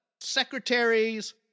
secretaries